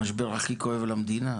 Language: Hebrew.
המשבר הכי כואב למדינה?